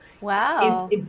wow